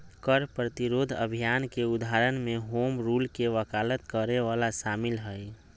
कर प्रतिरोध अभियान के उदाहरण में होम रूल के वकालत करे वला शामिल हइ